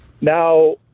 Now